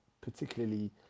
particularly